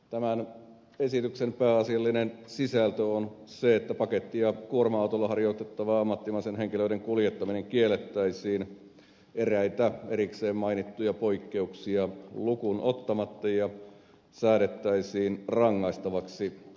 tämän esityksen pääasiallinen sisältö on se että paketti ja kuorma autolla harjoitettava ammattimainen henkilöiden kuljettaminen kiellettäisiin eräitä erikseen mainittuja poikkeuksia lukuun ottamatta ja säädettäisiin rangaistavaksi